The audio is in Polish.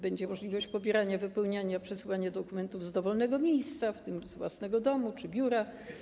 Będzie możliwość pobierania, wypełniania i przesyłania dokumentów z dowolnego miejsca, z tym z własnego domu czy biura.